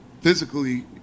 physically